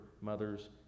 mothers